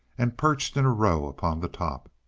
and perched in a row upon the top.